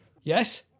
Yes